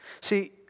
See